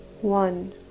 one